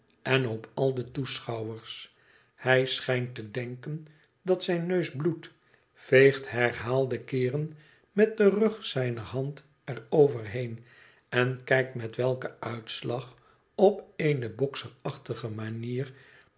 en op al de toeschouwers hij schijnt te denken dat zijn neus bloedt veegt herhaalde keeren met den rug zijner hand er overheen en kijkt met welken uitslag op eene bokserachtige manier